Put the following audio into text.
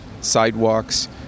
sidewalks